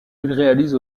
réalise